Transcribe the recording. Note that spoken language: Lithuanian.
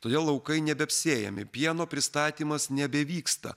todėl laukai nebeapsėjami pieno pristatymas nebevyksta